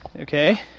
okay